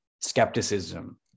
skepticism